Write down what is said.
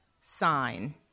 sign